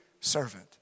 servant